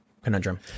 conundrum